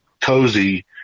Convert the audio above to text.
cozy